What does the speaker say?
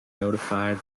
notified